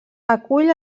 acull